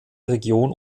region